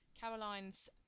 Caroline's